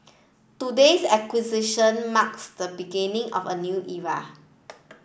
today's acquisition marks the beginning of a new era